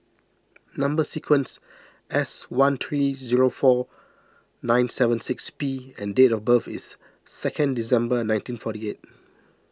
Number Sequence S one three zero four nine seven six P and date of birth is second December nineteen forty eight